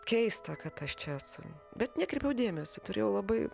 keista kad aš čia esu bet nekreipiau dėmesio turėjau labai